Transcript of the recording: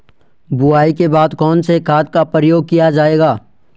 बुआई के बाद कौन से खाद का प्रयोग किया जायेगा?